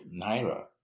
Naira